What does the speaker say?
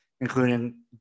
including